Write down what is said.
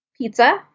Pizza